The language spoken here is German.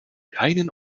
keinen